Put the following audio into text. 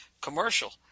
commercial